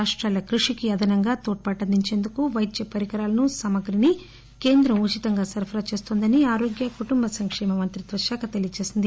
రాష్షాల కృషికి అదనంగా తోడ్పాటు అందించేందుకు పైద్య పరికరాలను సామగ్రిని కేంద్రం ఉచితంగా సరఫరా చేస్తోందని ఆరోగ్య కుటుంబ సంకేమ మంత్రిత్వ శాఖ తెలియజేసింది